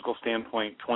standpoint